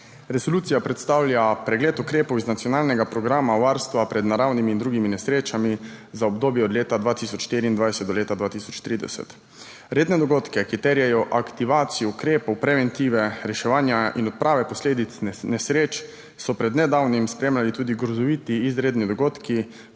Resolucija predstavlja pregled ukrepov iz nacionalnega programa varstva pred naravnimi in drugimi nesrečami za obdobje od leta 2024 do leta 2030. Redne dogodke, ki terjajo aktivacijo ukrepov preventive, reševanja in odprave posledic nesreč, so pred nedavnim spremljali tudi grozoviti izredni dogodki,